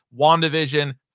WandaVision